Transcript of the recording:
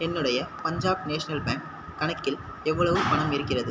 என்னுடைய Punjab national bank கணக்கில் எவ்வளவு பணம் இருக்கிறது